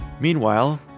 Meanwhile